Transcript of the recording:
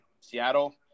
Seattle